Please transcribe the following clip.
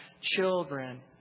children